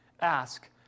ask